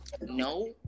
no